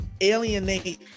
alienate